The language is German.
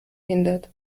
hindert